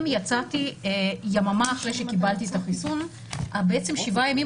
אם יצאתי יממה אחרי שקיבלתי את החיסון בעצם שבעה ימים